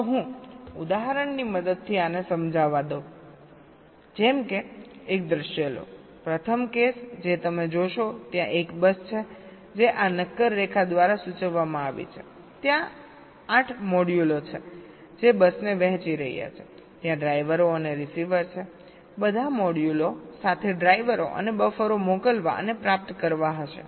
તો હું ઉદાહરણની મદદથી આને સમજાવવા દઉં જેમ કે એક દૃશ્ય લો પ્રથમ કેસ જે તમે જોશો ત્યાં એક બસ છે જે આ નક્કર રેખા દ્વારા સૂચવવામાં આવી છે ત્યાં 8 મોડ્યુલો છે જે બસને વહેંચી રહ્યા છે ત્યાં ડ્રાઇવરો અને રીસીવર છે બધા મોડ્યુલો સાથે ડ્રાઇવરો અને બફરો મોકલવા અને પ્રાપ્ત કરવા હશે